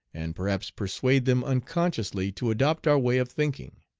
and perhaps persuade them unconsciously to adopt our way of thinking.